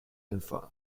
entwarf